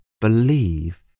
believe